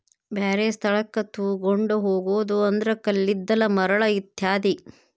ಬ್ಯಾರೆ ಸ್ಥಳಕ್ಕ ತುಗೊಂಡ ಹೊಗುದು ಅಂದ್ರ ಕಲ್ಲಿದ್ದಲ, ಮರಳ ಇತ್ಯಾದಿ